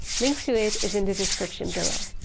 link to it is in the description below.